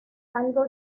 algo